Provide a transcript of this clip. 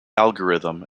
algorithm